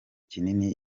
kinini